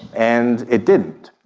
and it didn't.